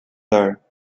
there